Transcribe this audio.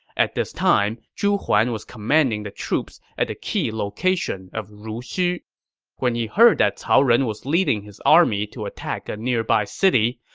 at this time, zhu huan was commanding the troops at the key location of ruxu. when he heard that cao ren was leading his army to attack a nearby city,